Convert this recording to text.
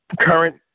current